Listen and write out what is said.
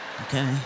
okay